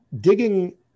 digging